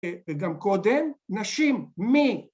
‫וגם קודם, נשים. מי?